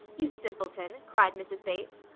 you simpleton! cried mrs. bates.